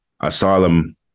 asylum